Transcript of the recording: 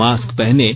mask पहनें